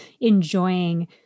enjoying